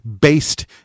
based